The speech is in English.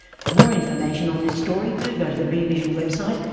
for more information on this story do go to the rear vision website,